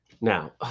Now